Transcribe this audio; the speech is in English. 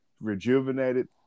rejuvenated